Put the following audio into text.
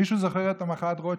מישהו זוכר את מחאת רוטשילד?